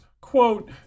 quote